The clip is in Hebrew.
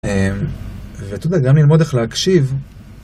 ואתה יודע, גם ללמוד איך להקשיב.